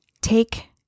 Take